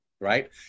Right